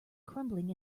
crumbling